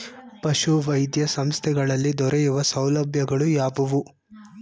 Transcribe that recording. ಪಶುವೈದ್ಯ ಸಂಸ್ಥೆಗಳಲ್ಲಿ ದೊರೆಯುವ ಸೌಲಭ್ಯಗಳು ಯಾವುವು?